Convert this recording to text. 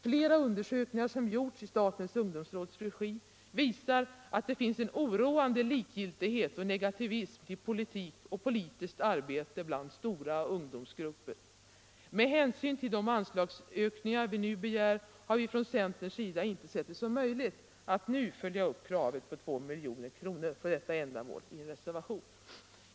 Flera undersökningar som gjorts i statens ungdomsråds regi visar att det finns en oroande likgiltighet och negativism till politik och politiskt arbete bland stora ungdomsgrupper. Med hänsyn till de anslagsökningar vi nu begär har vi i centern inte sett det som möjligt att nu följa upp kravet på 2 milj.kr. för detta ändamål i en reservation.